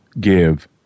give